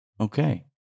Okay